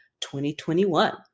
2021